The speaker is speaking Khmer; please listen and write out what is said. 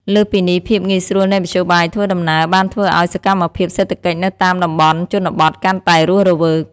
លើសពីនេះ ភាពងាយស្រួលនៃមធ្យោបាយធ្វើដំណើរបានធ្វើឱ្យសកម្មភាពសេដ្ឋកិច្ចនៅតាមតំបន់ជនបទកាន់តែរស់រវើក។